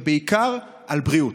ובעיקר על בריאות.